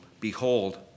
Behold